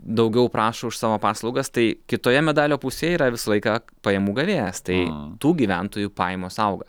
daugiau prašo už savo paslaugas tai kitoje medalio pusėje yra visą laiką pajamų gavėjas tai tų gyventojų pajamos auga